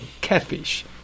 catfish